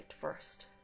first